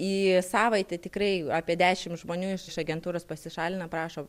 į savaitę tikrai apie dešim žmonių iš iš agentūros pasišalina parašo